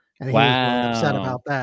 Wow